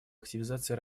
активизации